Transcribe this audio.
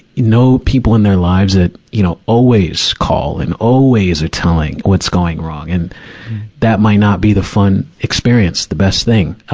know people in their lives that, you know, always call and always are telling what's going wrong. and that might not be the fun experience, the best thing.